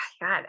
God